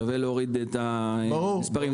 ולהוריד את המספרים.